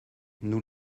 nous